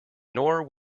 nor